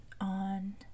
on